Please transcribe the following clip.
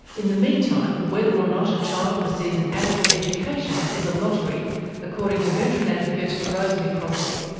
in the meantime, whether or not a child receives an adequate education is a lottery, according to veteran advocate rosemary crossley.